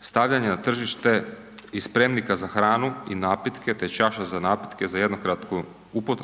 stavljanje na tržište i spremnika za hranu i napitke te čaše za napitke za jednokratnu